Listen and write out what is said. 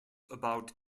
about